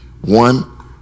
One